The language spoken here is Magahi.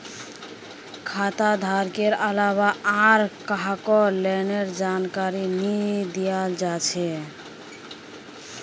खाता धारकेर अलावा आर काहको लोनेर जानकारी नी दियाल जा छे